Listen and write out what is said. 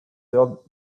third